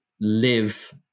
live